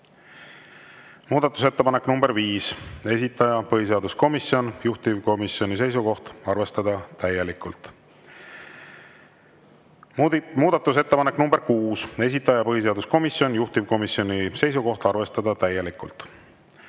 Muudatusettepanek nr 5, esitaja põhiseaduskomisjon, juhtivkomisjoni seisukoht: arvestada täielikult. Muudatusettepanek nr 6, esitaja põhiseaduskomisjon, juhtivkomisjoni seisukoht: arvestada täielikult.